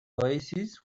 oasis